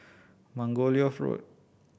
Margoliouth Road